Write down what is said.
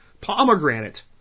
pomegranate